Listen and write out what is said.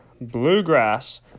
bluegrass